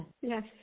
Yes